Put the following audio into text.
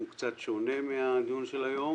הוא קצת שונה מהדיון של היום